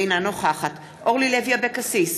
אינה נוכחת אורלי לוי אבקסיס,